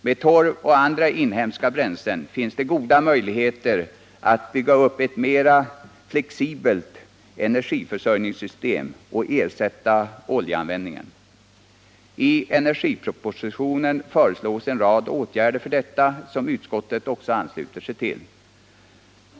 Med torv och andra inhemska bränslen finns det goda möjligheter att bygga upp ett mer flexibelt energiförsörjningssystem och ersätta oljeanvändningen. I energipropositionen föreslås en rad åtgärder för detta, som utskottet också ansluter sig till.